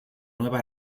nueva